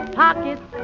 pockets